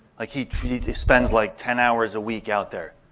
like he spends like ten hours a week out there.